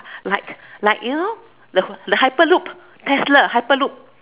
like like you know the the hyperloop Tesla hyperloop